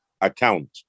account